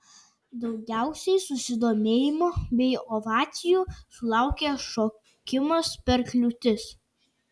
daugiausiai susidomėjimo bei ovacijų sulaukė šokimas per kliūtis